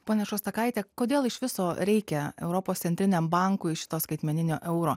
ponia šostakaite kodėl iš viso reikia europos centriniam bankui šito skaitmeninio euro